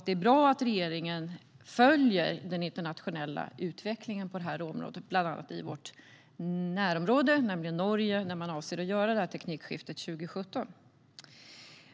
Det är bra att regeringen följer den internationella utvecklingen på området, bland annat i vårt närområde i Norge, där man avser att göra teknikskiftet 2017.